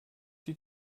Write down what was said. die